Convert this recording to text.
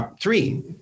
three